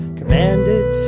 commanded